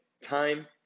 time